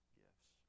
gifts